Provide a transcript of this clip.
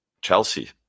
Chelsea